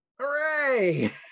hooray